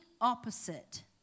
opposite